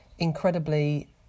incredibly